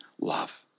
love